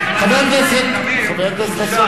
חבר הכנסת חסון,